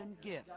gift